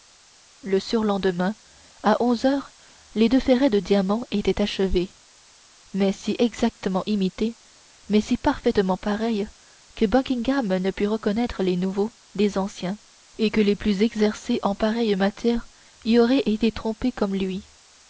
le surlendemain à onze heures les deux ferrets en diamants étaient achevés mais si exactement imités mais si parfaitement pareils que buckingham ne put reconnaître les nouveaux des anciens et que les plus exercés en pareille matière y auraient été trompés comme lui